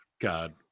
God